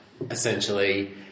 essentially